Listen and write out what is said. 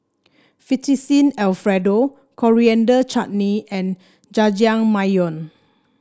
Fettuccine Alfredo Coriander Chutney and Jajangmyeon